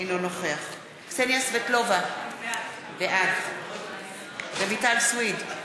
אינו נוכח קסניה סבטלובה, בעד רויטל סויד,